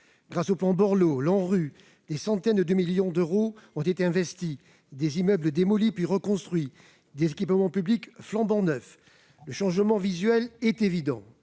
rénovation urbaine (ANRU), des centaines de millions d'euros ont été investis, des immeubles démolis puis reconstruits, tandis que des équipements publics sont flambant neufs. Le changement visuel est évident,